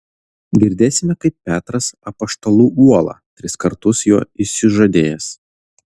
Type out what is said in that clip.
girdėsime kaip petras apaštalų uola tris kartus jo išsižadės